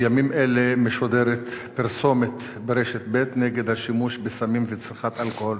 בימים אלה משודרת פרסומת ברשת ב' נגד השימוש בסמים וצריכת אלכוהול,